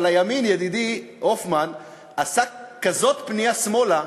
אבל הימין, ידידי הופמן, עשה כזאת פנייה שמאלה,